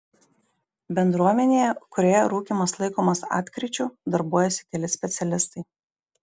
bendruomenėje kurioje rūkymas laikomas atkryčiu darbuojasi keli specialistai